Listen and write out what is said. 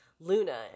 luna